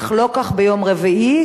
אך לא כך ביום רביעי,